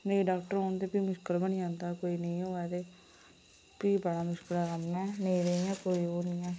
नेईं डाक्टर होन ते भी मुश्कल गै होई जंदा भी बड़ा मुश्कल ऐ इयां नेईं ते इयां कोई ओह् निं ऐ